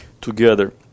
together